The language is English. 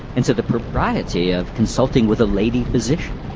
and to the propriety of consulting with a lady physician!